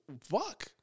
fuck